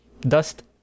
dust